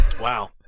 Wow